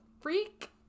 freak